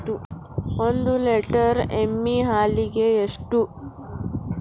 ಒಂದು ಲೇಟರ್ ಎಮ್ಮಿ ಹಾಲಿಗೆ ಎಷ್ಟು?